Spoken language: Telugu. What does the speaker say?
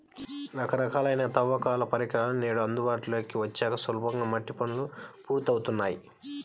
రకరకాలైన తవ్వకాల పరికరాలు నేడు అందుబాటులోకి వచ్చాక సులభంగా మట్టి పనులు పూర్తవుతున్నాయి